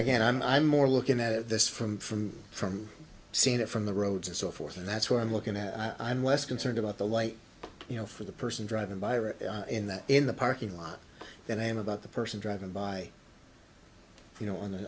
again i'm more looking at this from from from seeing it from the roads and so forth and that's where i'm looking at i'm less concerned about the light you know for the person driving by in that in the parking lot that i am about the person driving by you know on the